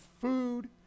food